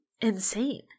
insane